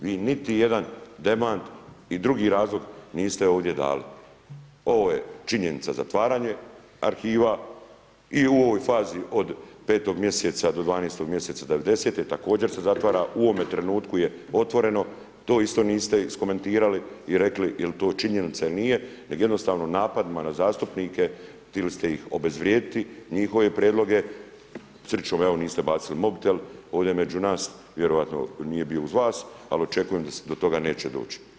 Vi niti jedan demant i drugi razlog niste ovdje dali, ovo je činjenica, zatvaranje arhiva i u ovoj fazi od 5. mjeseca do 12. mjeseca '90., također se zatvara, u ovome trenutku je otvoreno, to isto niste iskomentirali jel' to činjenica ili nije nego jednostavno napadima na zastupnike htjeli ste ih obezvrijediti, njihove prijedloge, sreć0om niste bacili mobitel ovdje među nas, vjerojatno nije bio uz vas, ali očekujem da do toga neće doći.